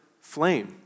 flame